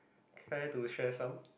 care to share some